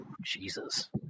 Jesus